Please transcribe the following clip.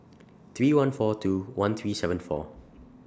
three one four two one three seven four